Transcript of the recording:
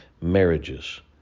marriages